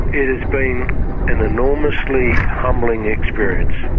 it has been an enormously humbling experience,